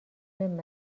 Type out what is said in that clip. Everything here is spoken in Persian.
مهم